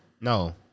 No